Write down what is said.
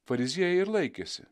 fariziejai ir laikėsi